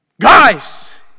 Guys